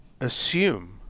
assume